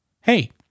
hey